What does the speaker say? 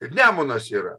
ir nemunas yra